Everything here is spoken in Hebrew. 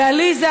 ועליזה,